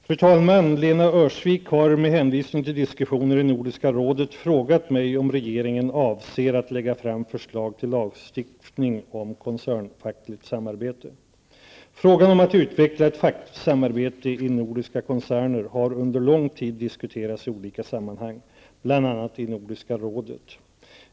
Fru talman! Lena Öhrsvik har -- med hänvisning till diskussioner i Nordiska rådet -- frågat mig om regeringen avser att lägga fram förslag till lagstiftning om koncernfackligt samarbete. Frågan om att utveckla ett fackligt samarbete i nordiska koncerner har under lång tid diskuterats i olika sammanhang, bl.a. i Nordiska rådet.